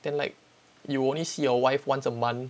then like you only see your wife once a month